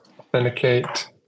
Authenticate